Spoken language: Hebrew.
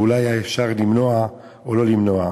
אולי אפשר היה למנוע או לא היה אפשר למנוע.